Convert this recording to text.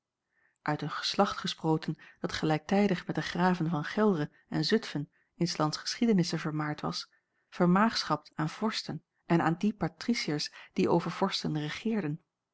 uit een geslacht gesproten dat gelijktijdig met de graven van gelre en zutfen in s lands geschiedenissen vermaard was vermaagschapt aan vorsten en aan die patriciërs die over vorsten regeerden